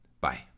Bye